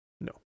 No